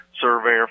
surveyor